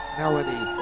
melody